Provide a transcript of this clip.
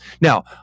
Now